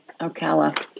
Ocala